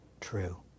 true